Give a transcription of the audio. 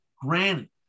Granny